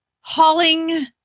hauling